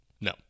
No